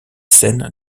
scènes